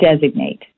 designate